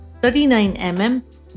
39mm